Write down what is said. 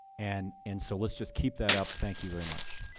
and and so let's just keep that up. thank you very much.